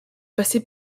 passait